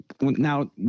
now